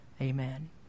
Amen